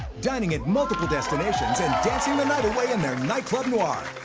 dining at multiple destinations and away in their nightclub, noir.